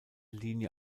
linie